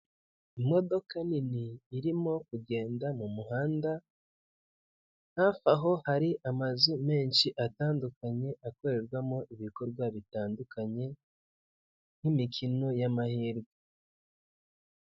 Imodoka nini irimo kugenda mu muhanda, hafi aho hari amazu menshi atandukanye akorerwamo ibikorwa bitandukanye nk'imikino y'amahirwe.